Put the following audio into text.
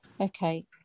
Okay